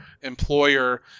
employer